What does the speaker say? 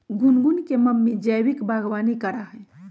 गुनगुन के मम्मी जैविक बागवानी करा हई